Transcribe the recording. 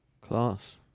class